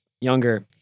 younger